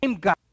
God